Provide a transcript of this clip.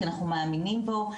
כי אנחנו מאמינים בו,